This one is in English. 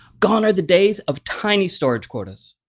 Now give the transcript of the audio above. gone are the days of tiny storage quotas.